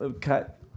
cut